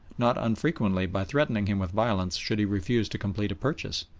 not unfrequently by threatening him with violence should he refuse to complete a purchase.